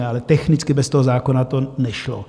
Ale technicky bez toho zákona to nešlo.